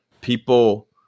people